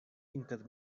inter